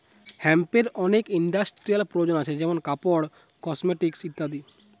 হেম্পের অনেক ইন্ডাস্ট্রিয়াল প্রয়োজন আছে যেমনি কাপড়, কসমেটিকস ইত্যাদি